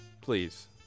please